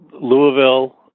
Louisville